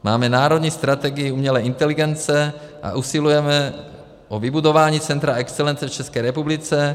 Máme národní strategii umělé inteligence a usilujeme o vybudování centra excelence v České republice.